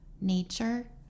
nature